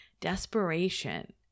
Desperation